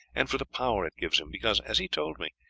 and for the power it gives him, because, as he told me,